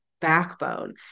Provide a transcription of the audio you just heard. backbone